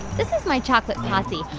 this is my chocolate posse.